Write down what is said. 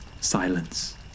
Silence